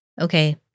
okay